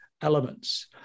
elements